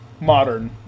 Modern